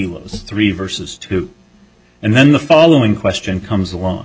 os three versus two and then the following question comes along